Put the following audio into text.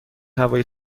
هوای